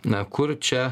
na kur čia